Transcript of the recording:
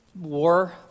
war